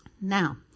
now